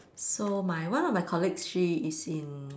so my one of my colleagues she is in